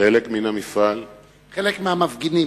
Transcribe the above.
חלק מהמפגינים.